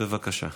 בבקשה.